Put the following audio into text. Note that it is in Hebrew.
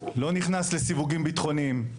לא נכנס לסיווגים ביטחוניים.